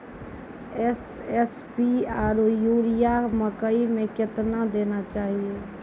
SSP आरु urea मकई मे कितना देना चाहिए?